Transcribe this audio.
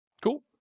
Cool